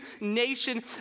nation